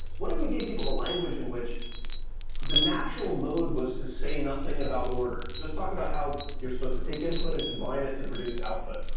what if we gave people a language in which the natural mode was to say nothing about order? just talk about how you're supposed to take input and combine it to produce output?